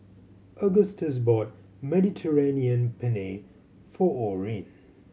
Agustus bought Mediterranean Penne for Orren